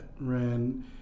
ran